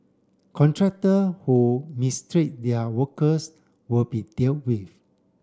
contractor who mistreat their workers will be dealt with